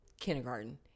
kindergarten